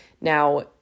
Now